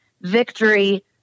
victory